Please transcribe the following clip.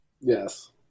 Yes